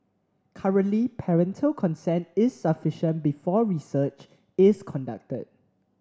currently parental consent is sufficient before research is conducted